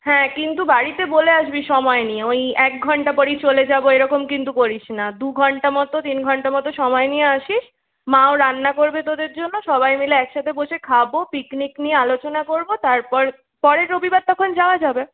হ্যাঁ কিন্তু বাড়িতে বলে আসবি সময় নিয়ে ওই এক ঘণ্টা পরেই চলে যাবো এ রকম কিন্তু করিস না দু ঘণ্টা মতো তিন ঘণ্টা মতো সময় নিয়ে আসিস মা ও রান্না করবে তোদের জন্য সবাই মিলে একসাথে বসে খাবো পিকনিক নিয়ে আলোচনা করবো তারপর পরের রবিবার তখন যাওয়া যাবে